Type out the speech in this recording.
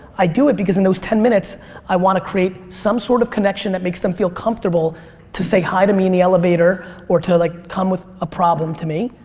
i do it because in those ten minutes i want to create some sort of connection that makes them feel comfortable to say hi to me to in the elevator or to like come with a problem to me.